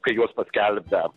kai juos paskelbia